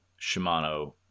Shimano